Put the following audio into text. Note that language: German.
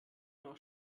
noch